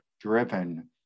driven